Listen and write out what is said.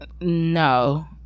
no